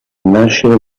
nascere